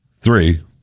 three